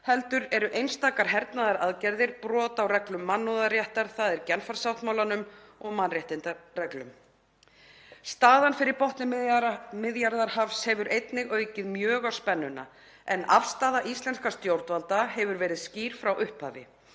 heldur eru einstakar hernaðaraðgerðir brot á reglum mannúðarréttar, þ.e. Genfarsáttmálanum, og mannréttindareglum. Staðan fyrir botni Miðjarðarhafs hefur einnig aukið mjög á spennuna en afstaða íslenskra stjórnvalda hefur verið skýr frá upphafi.